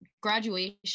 Graduation